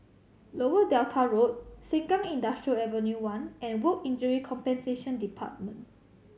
Lower Delta Road Sengkang Industrial Ave One and Work Injury Compensation Department